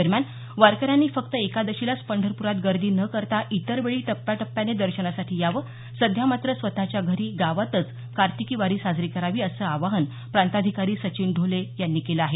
दरम्यान वारकऱ्यांनी फक्त एकादशीलाच पंढरपुरात गर्दी न करता इतर वेळी टप्प्याटप्याने दर्शनासाठी यावं सध्या मात्र स्वतःच्या घरी गावातच कार्तिकी वारी साजरी करावी असं आवाहन प्रातांधिकारी सचिन ढोले यांनी केलं आहे